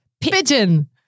Pigeon